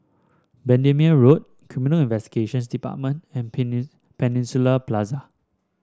Bendemeer Road Criminal Investigation Department and Peninsula Plaza